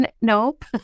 nope